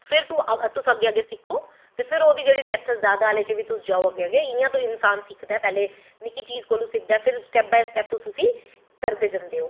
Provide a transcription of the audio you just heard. फिर तुस अग्गैं अग्गैं सिक्खो ते फिर डैप्थ जादै आह्ले च बी तुस जाओ अग्गैं अग्गैं इयां ते इंसान सिखदा ऐ अग्गैं अग्गैं निक्की चीज़ कोलूं सिखदी ऐ फिर स्टैप बाई स्टैप तुस उसी करदे जंदे हो